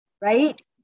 right